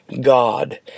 God